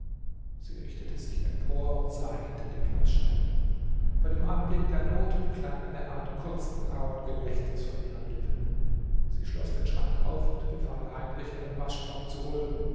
sie richtete sich empor und sah hinter die glasscheiben bei dem anblick der noten klang eine art kurzen rauhen gelächters von ihren lippen sie schloß den schrank auf und befahl heinrich einen waschkorb zu holen